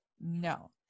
No